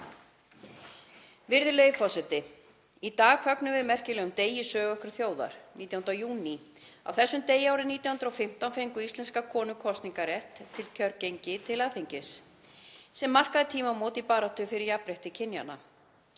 Virðulegi forseti. Í dag fögnum við merkilegum degi í sögu okkar þjóðar, 19. júní. Á þessum degi árið 1915 fengu íslenskar konur kosningarrétt og kjörgengi til Alþingis sem markaði tímamót í baráttu fyrir jafnrétti kynjanna.